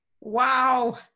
Wow